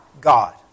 God